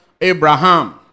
Abraham